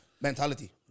Mentality